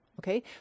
Okay